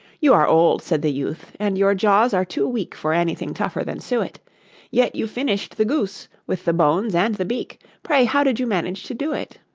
you are old said the youth, and your jaws are too weak for anything tougher than suet yet you finished the goose, with the bones and the beak pray how did you manage to do it